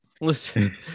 Listen